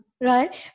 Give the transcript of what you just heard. right